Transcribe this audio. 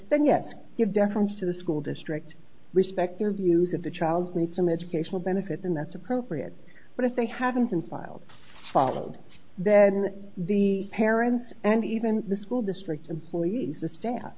then yes give deference to the school district respect their views of the child's make some educational benefits and that's appropriate but if they haven't filed followed then the parents and even the school districts employees the staff